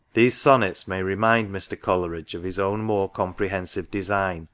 these sonnets may remind mr. coleridge of his own more comprehensive design,